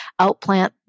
Outplant